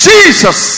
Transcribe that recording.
Jesus